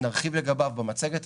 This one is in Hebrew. ונרחיב לגביו במצגת,